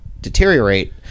deteriorate